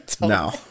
no